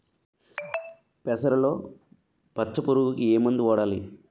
పెసరలో పచ్చ పురుగుకి ఏ మందు వాడాలి?